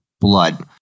blood